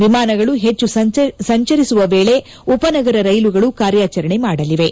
ವಿಮಾನಗಳು ಹೆಚ್ಚು ಸಂಚರಿಸುವ ವೇಳೆ ಉಪನಗರ ರೈಲುಗಳು ಕಾರ್ಯಚರಣೆ ಮಾಡಲಿವೆ